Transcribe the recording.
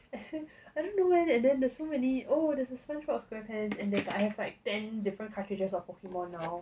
I don't know man then there's so many oh there's a sponge bob square pants and I have like ten different cartridges of pokemon now